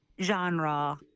genre